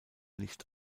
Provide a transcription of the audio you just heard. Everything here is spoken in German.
nicht